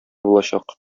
булачак